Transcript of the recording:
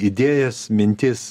idėjas mintis